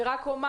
אני רק אומר